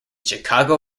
chicago